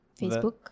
Facebook